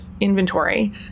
inventory